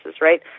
right